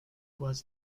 was